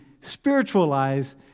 spiritualize